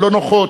הלא-נוחות,